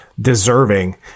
deserving